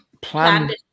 plan